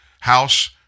House